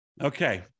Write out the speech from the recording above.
Okay